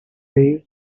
days